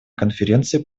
конференции